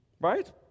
Right